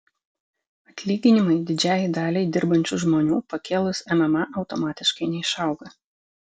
atlyginimai didžiajai daliai dirbančių žmonių pakėlus mma automatiškai neišauga